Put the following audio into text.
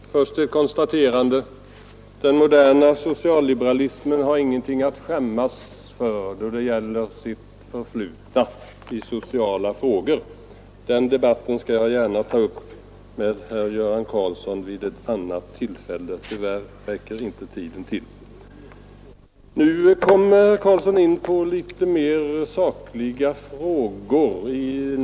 Herr talman! Först ett konstaterande: Den moderna socialliberalismen har ingen anledning att skämmas för sitt förflutna i sociala frågor. Jag skall gärna ta upp en debatt om den saken med herr Göran Karlsson vid ett annat tillfälle — tyvärr räcker inte tiden till nu. Herr Karlsson kom nu in på sakliga frågor.